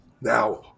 Now